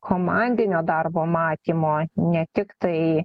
komandinio darbo matymo ne tiktai